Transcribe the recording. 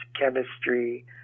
chemistry